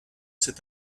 cet